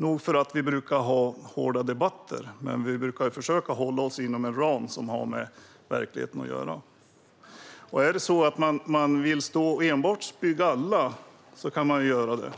Nog för att vi brukar ha hårda debatter, men vi brukar försöka hålla oss inom en ram som har med verkligheten att göra. Vill man enbart spy galla kan man ju göra det,